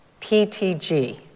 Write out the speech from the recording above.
PTG